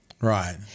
Right